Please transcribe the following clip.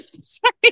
Sorry